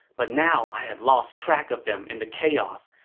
but now i've lost track of them in the chaos.